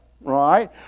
right